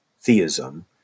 theism